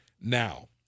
now